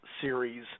Series